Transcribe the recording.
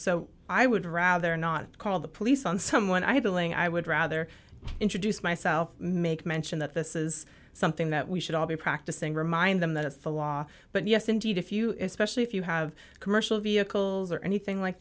so i would rather not call the police on someone idling i would rather introduce myself make mention that this is something that we should all be practicing remind them that it's the law but yes indeed if you especially if you have commercial vehicles or anything like